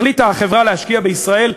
החליטה החברה להשקיע בישראל.